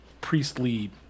priestly